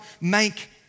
make